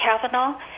Kavanaugh